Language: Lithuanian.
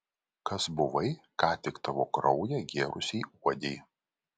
kas buvai ką tik tavo kraują gėrusiai uodei